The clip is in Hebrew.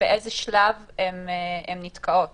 באיזה שלב הן נתקעות